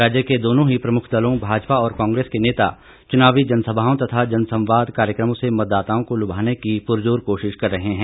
राज्य के दोनों ही प्रमुख दलों भाजपा और कांग्रेस के नेता चुनावी जनसभाओं तथा जनसंवाद कार्यक्रमो से मतदाताओं को लुभाने की पुरजोर कोशिश कर रहे हैं